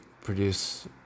produce